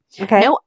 Okay